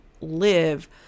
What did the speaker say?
live